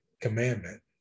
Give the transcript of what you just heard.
commandment